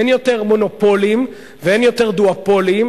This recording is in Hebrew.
אין יותר מונופולים ואין יותר דואופולים,